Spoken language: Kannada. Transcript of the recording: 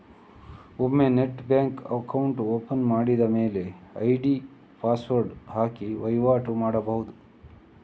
ಒಮ್ಮೆ ನೆಟ್ ಬ್ಯಾಂಕ್ ಅಕೌಂಟ್ ಓಪನ್ ಮಾಡಿದ ಮೇಲೆ ಐಡಿ ಪಾಸ್ವರ್ಡ್ ಹಾಕಿ ವೈವಾಟು ಮಾಡ್ಬಹುದು